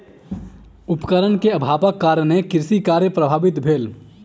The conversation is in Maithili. उपकरण के अभावक कारणेँ कृषि कार्य प्रभावित भेल